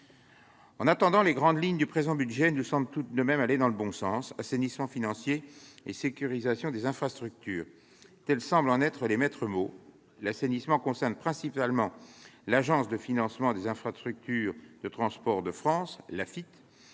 En attendant, les grandes lignes du présent budget nous semblent aller dans le bon sens. Assainissement financier et sécurisation des infrastructures : tels semblent en être en effet les maîtres mots. L'assainissement concerne principalement l'Agence de financement des infrastructures de transport de France, l'AFITF.